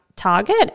target